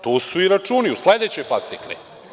Tu su i računi u sledećoj fascikli.